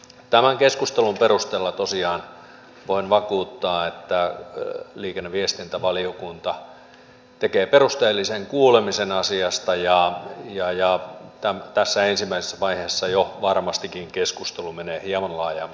tämän keskustelun perusteella tosiaan voin vakuuttaa että liikenne ja viestintävaliokunta tekee perusteellisen kuulemisen asiasta ja tässä ensimmäisessä vaiheessa jo varmastikin keskustelu menee hieman laajemmalle